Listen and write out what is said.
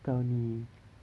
kau ni